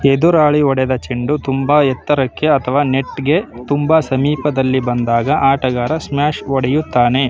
ಎದುರಾಳಿ ಹೊಡೆದ ಚೆಂಡು ತುಂಬ ಎತ್ತರಕ್ಕೆ ಅಥವಾ ನೆಟ್ಗೆ ತುಂಬ ಸಮೀಪದಲ್ಲಿ ಬಂದಾಗ ಆಟಗಾರ ಸ್ಮ್ಯಾಶ್ ಹೊಡೆಯುತ್ತಾನೆ